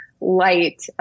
light